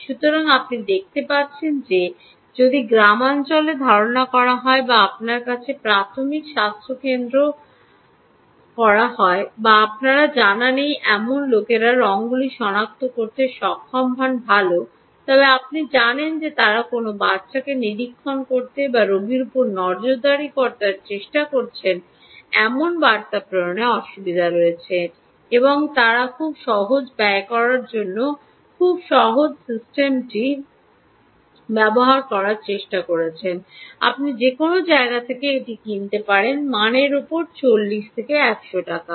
সুতরাং আপনি দেখতে পাচ্ছেন যে যদি গ্রামাঞ্চলে ধারণা করা হয় বা আপনার কাছে প্রাথমিক স্বাস্থ্যসেবা কেন্দ্র রয়েছে বা আপনার জানা নেই এমন লোকেরা রঙগুলি সনাক্ত করতে সক্ষম হন ভাল তবে আপনি জানেন যে তারা কোনও বাচ্চাকে নিরীক্ষণ করতে বা রোগীর উপর নজরদারি করার চেষ্টা করছেন এমন বার্তা প্রেরণে অসুবিধা হয়েছে এবং তারা খুব সহজ ব্যয় করার জন্য খুব সহজ সিস্টেমটি ব্যবহার করার চেষ্টা করছেন আপনি যে কোনও জায়গা থেকে এটি কিনতে পারেন মানের উপর নির্ভর করে 40 থেকে 100 টাকা